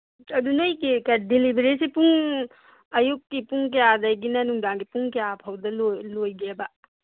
ꯑꯗꯨ ꯅꯣꯏꯒꯤ ꯗꯤꯂꯤꯕꯔꯤꯁꯤ ꯄꯨꯡ ꯑꯌꯨꯛꯀꯤ ꯄꯨꯡ ꯀꯌꯥꯗꯒꯤꯅ ꯅꯨꯡꯗꯥꯡꯒꯤ ꯄꯨꯡ ꯀꯌꯥꯐꯧꯗ ꯂꯣꯏꯒꯦꯕ